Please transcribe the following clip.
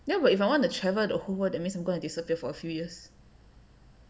then what if I want to travel the whole world that means I'm gonna disappear for a few years